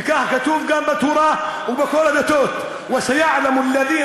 וכך כתוב גם בתורה ובכל הדתות (אומר בערבית: